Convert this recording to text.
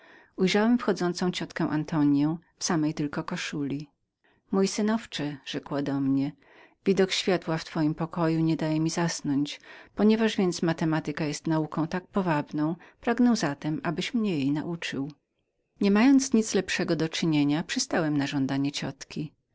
ujrzałem wchodzącą moją ciotkę antonię która mi rzekła mój synowcze widok światła w twoim pokoju nie daje mi zasnąć ponieważ więc matematyka jest nauką tak powabną pragnę zatem abyś mnie jej nauczył nie mając nic lepszego do czynienia przystałem na żądanie mojej ciotki